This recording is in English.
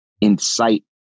incite